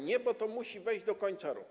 Nie, bo to musi wejść do końca roku.